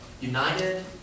united